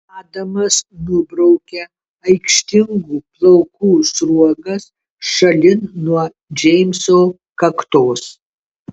adamas nubraukia aikštingų plaukų sruogas šalin nuo džeimso kaktos